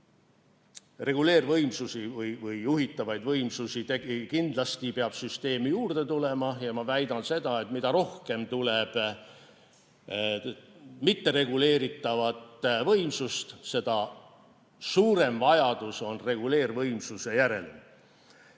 reguleervõimsusi ehk juhitavaid võimsusi süsteemi juurde tulema. Ma väidan seda, et mida rohkem tuleb mittereguleeritavat võimsust, seda suurem vajadus on reguleervõimsuse järele.